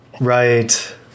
right